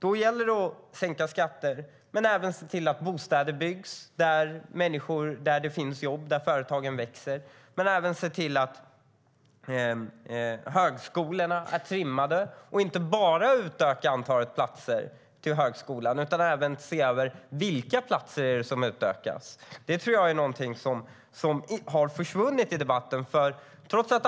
Därför gäller det att sänka skatter, men även se till att bostäder byggs där det finns jobb, där företagen växer. Man måste också se till att högskolorna är trimmade. Det gäller att inte bara utöka antalet platser till högskolan utan även se över vilka platser det är som utökas. Det tycker jag har försvunnit i debatten.